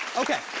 okay,